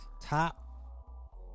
Top